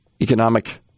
economic